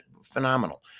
phenomenal